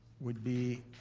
would be,